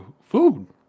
food